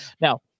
Now